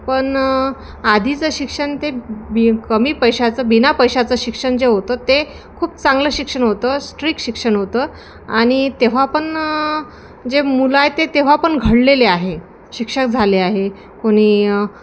पण आधीचं शिक्षण ते बी कमी पैशाचं बिना पैशाचं शिक्षण जे होतं ते खूप चांगलं शिक्षण होतं स्ट्रिक्ट शिक्षण होतं आणि तेव्हा पण जे मुलं आहे ते तेव्हा पण घडलेले आहे शिक्षक झाले आहे कोणी